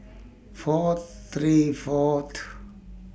four three Fort